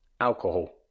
Alcohol